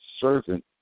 servant